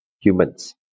humans